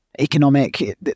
economic